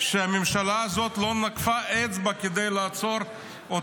שהממשלה הזאת לא נקפה אצבע כדי לעצור את